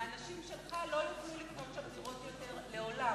האנשים שלך לא יוכלו לקנות שם דירות יותר לעולם.